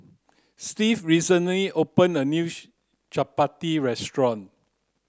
Steve recently opened a Chapati restaurant